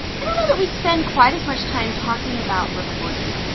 i don't know that we spend quite as much time talking about recording.